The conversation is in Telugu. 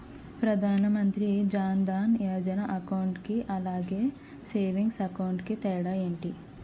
ప్రధాన్ మంత్రి జన్ దన్ యోజన అకౌంట్ కి అలాగే సేవింగ్స్ అకౌంట్ కి తేడా ఏంటి?